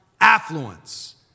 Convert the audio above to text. affluence